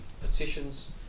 petitions